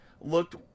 looked